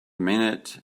minute